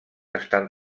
estan